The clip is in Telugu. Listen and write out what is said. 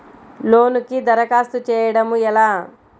లోనుకి దరఖాస్తు చేయడము ఎలా?